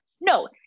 no